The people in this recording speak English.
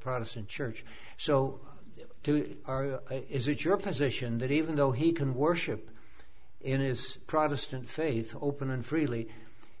protestant church so we are is it your position that even though he can worship in his protestant faith open and freely